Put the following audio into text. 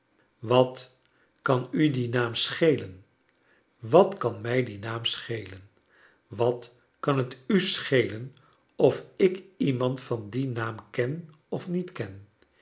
wat kan u die naam schelen wat kan mij die naam schelen wat kan het u schelen of ik iemand van dien naam ken of niet lien ik ken